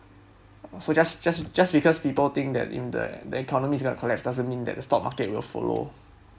so just just just because people think that in the economic is gonna collapse doesn't mean the stock market will follow